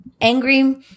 angry